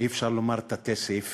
אי-אפשר לומר "תתי-סעיפים",